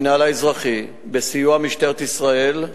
המינהל האזרחי, בסיוע משטרת ישראל,